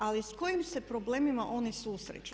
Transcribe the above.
Ali s kojim se problemima oni susreću?